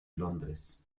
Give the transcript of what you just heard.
londres